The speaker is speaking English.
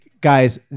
guys